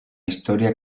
historia